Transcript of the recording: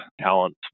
talent